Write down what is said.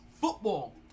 football